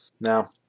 Now